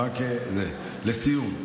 לסיום,